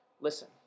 listen